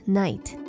night